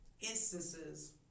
instances